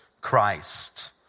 Christ